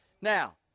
Now